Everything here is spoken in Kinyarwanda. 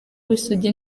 w’isugi